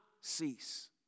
cease